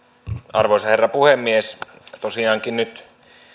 arvoisa herra puhemies tosiaankin nyt